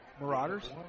Marauders